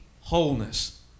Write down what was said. wholeness